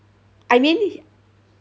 I mean